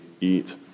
eat